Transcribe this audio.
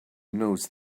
knows